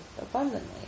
abundantly